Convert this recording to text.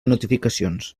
notificacions